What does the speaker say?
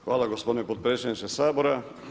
Hvala gospodine potpredsjedniče Sabora.